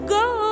go